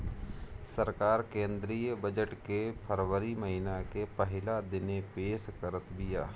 सरकार केंद्रीय बजट के फरवरी महिना के पहिला दिने पेश करत बिया